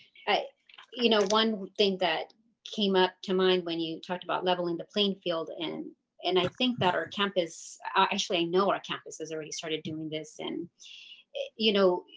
you know, one thing that came up to mind when you talked about leveling the playing field and and i think that our campus actually, i know our campus has already started doing this. and you know,